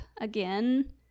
again